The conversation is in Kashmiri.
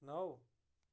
نَو